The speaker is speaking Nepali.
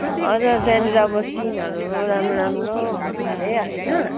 हजुर त्यहाँनिर अब सिनहरू राम्रो राम्रो हुन्छ अरे होइन